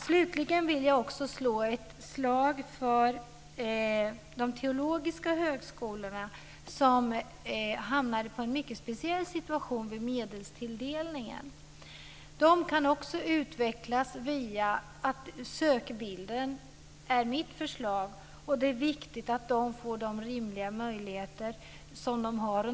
Slutligen vill jag också slå ett slag för de teologiska högskolorna, som hamnade i en mycket speciell situation vid medelstilldelningen. De kan också utvecklas via det där med sökbilden. Det är mitt förslag. Det är viktigt att de får rimliga möjligheter.